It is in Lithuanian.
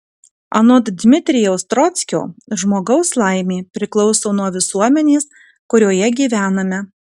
anot dmitrijaus trockio žmogaus laimė priklauso nuo visuomenės kurioje gyvename